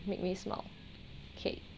make me smile okay